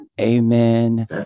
Amen